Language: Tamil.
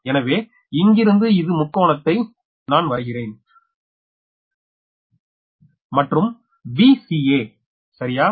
எனவே இங்கிருந்து ஒரு முக்கோணத்தை நான் வரைகிறேன் மற்றும் Vca சரியா